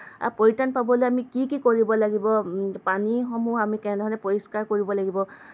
পৰিত্ৰাণ পাবলৈ আমি কি কি কৰিব লাগিব পানীসমূহ আমি কেনেধৰণে পৰিষ্কাৰ কৰিব লাগিব